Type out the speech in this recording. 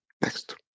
Next